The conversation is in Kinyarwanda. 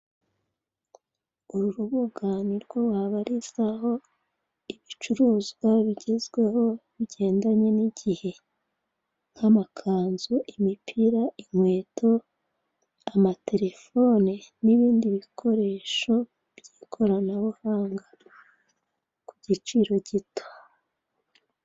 Uru rubuga nirwo wabarizaho ibicuruzwa bigezweho bigendanye n'igihe nk'amakanzu, imipira, inkweto, amaterefone n'ibindi bikoresho by'ikoranabuhanga ku giciro gito.